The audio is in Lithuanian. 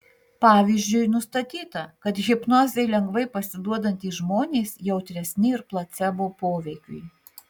pavyzdžiui nustatyta kad hipnozei lengvai pasiduodantys žmonės jautresni ir placebo poveikiui